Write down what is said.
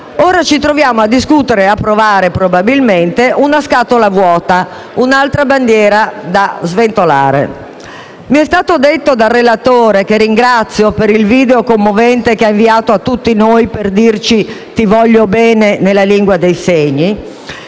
Ora ci troviamo a discutere ed approvare probabilmente una scatola vuota, un'altra bandiera da sventolare. Mi è stato detto dal relatore, che ringrazio per il video commovente che ha inviato a tutti noi per dirci "ti voglio bene" nella lingua dei segni,